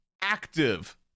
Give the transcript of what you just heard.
active